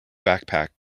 backpack